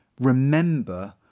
remember